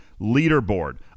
leaderboard